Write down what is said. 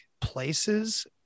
places